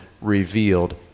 revealed